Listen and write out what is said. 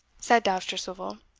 said dousterswivel.